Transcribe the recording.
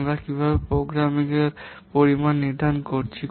আমরা কীভাবে প্রোগ্রামের পরিমাণ নির্ধারণ করছি